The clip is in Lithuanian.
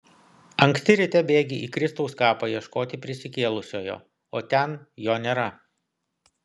anksti ryte bėgi į kristaus kapą ieškoti prisikėlusiojo o ten jo nėra